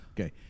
Okay